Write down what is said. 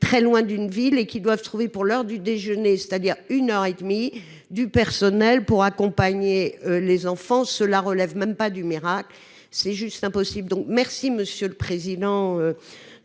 très loin d'une ville et qui doivent trouver pour l'heure du déjeuner, c'est-à-dire une heure et demie du personnel pour accompagner les enfants, cela relève même pas du miracle, c'est juste impossible donc merci, Monsieur le président.